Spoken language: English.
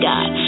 God